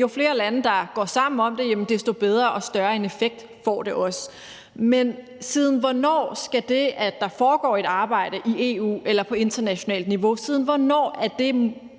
jo flere lande, der går sammen om det, desto bedre og større en effekt får det også. Men siden hvornår har det, at der foregår et arbejde i EU eller på internationalt niveau, skullet bremse, at